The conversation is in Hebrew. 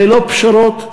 ללא פשרות,